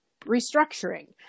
restructuring